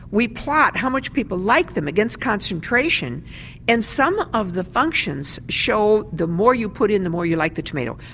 we plot how much people like them against concentration and some of the functions show the more you put in the more you like the tomato.